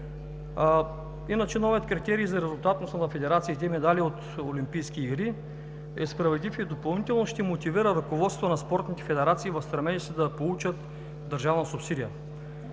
Иначе новият критерий за резултатност на федерациите – медали от олимпийски игри, е справедлив и допълнително ще мотивира ръководството на спортните федерации в стремежа си да получат държавна субсидия.